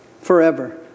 forever